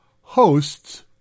hosts